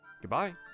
Goodbye